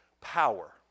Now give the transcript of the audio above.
power